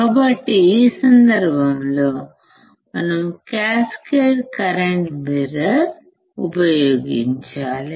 కాబట్టి ఈ సందర్భంలో మనం క్యాస్కేడ్ కరెంట్ మిర్రర్ ఉపయోగించాలి